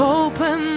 open